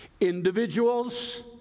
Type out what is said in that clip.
individuals